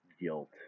guilt